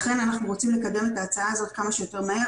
לכן אנחנו רוצים לקדם את ההצעה הזאת כמה שיותר מהר.